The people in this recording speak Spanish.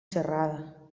cerrada